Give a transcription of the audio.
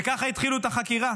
וככה התחילו את החקירה.